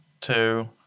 two